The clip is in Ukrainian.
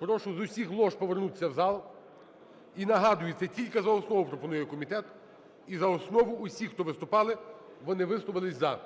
Прошу з усіх лож повернутися в зал. І нагадую, це тільки за основу пропонує комітет, і за основу усі, хто виступали, вони висловились "за".